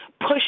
push